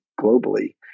globally